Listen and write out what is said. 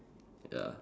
ya